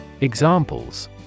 Examples